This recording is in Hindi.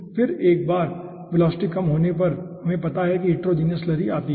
फिर एक बार वेलोसिटी कम होने पर हमें पता है कि हिटेरोजीनियस स्लरी आता है